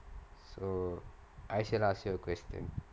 so I shall ask you a question